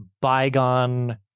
bygone